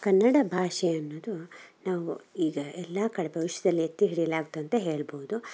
ಕನ್ನಡ ಭಾಷೆ ಅನ್ನೋದು ನಾವು ಈಗ ಎಲ್ಲ ಕಡೆ ಭವಿಷ್ಯದಲ್ಲಿ ಎತ್ತಿ ಹಿಡಿಯಲಾಗುತ್ತಂತ ಹೇಳ್ಬೋದು